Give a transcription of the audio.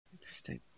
Interesting